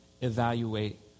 evaluate